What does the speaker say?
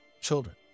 children